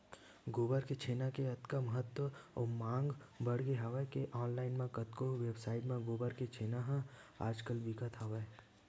गोबर के छेना के अतका महत्ता अउ मांग बड़गे हवय के ऑनलाइन म कतको वेबसाइड म गोबर के छेना ह आज कल बिकत हवय